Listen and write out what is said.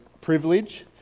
privilege